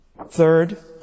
Third